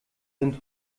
sind